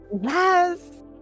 Yes